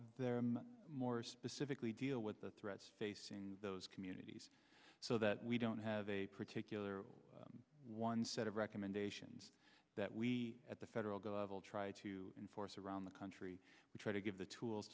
them more specifically deal with the threats facing those communities so that we don't have a particular one set of recommendations that we at the federal gov will try to enforce around the country we try to give the tools